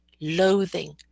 loathing